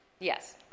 Yes